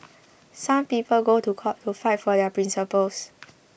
some people go to court to fight for their principles